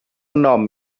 nom